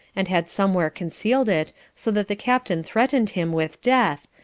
and had somewhere conceal'd it, so that the captain threatened him with death,